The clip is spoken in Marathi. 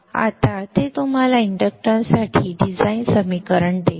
आता ते तुम्हाला इंडक्टन्ससाठी डिझाइन समीकरण देईल